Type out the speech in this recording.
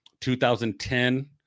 2010